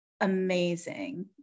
amazing